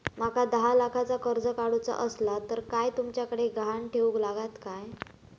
माका दहा लाखाचा कर्ज काढूचा असला तर काय तुमच्याकडे ग्हाण ठेवूचा लागात काय?